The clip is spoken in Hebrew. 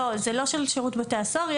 זה לא של שירות בתי הסוהר.